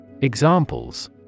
Examples